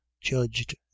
judged